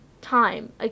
time